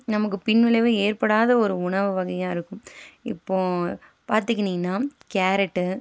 நமக்கு பின் விளைவை ஏற்படாத ஒரு உணவு வகையாக இருக்கும் இப்போ பார்த்துக்கின்னிங்கன்னா கேரட்டு